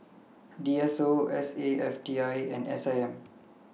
D S O S A F T I and S I M